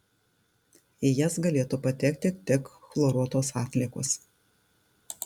į jas galėtų patekti tik chloruotos atliekos